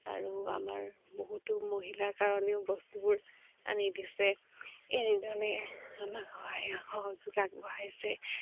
আৰু আমাৰ বহুতো মহিলাৰ কাৰণেও বস্তুবোৰ আনি দিছে এনেধৰণে আমাক সহায় সহযোগ আগবঢ়াইছে